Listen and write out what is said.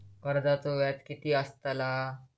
कर्जाचो व्याज कीती असताला?